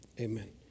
Amen